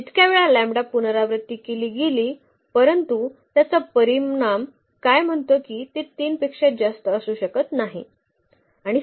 जितक्या वेळा पुनरावृत्ती केली गेली परंतु त्याचा परिणाम काय म्हणतो की ते 3 पेक्षा जास्त असू शकत नाही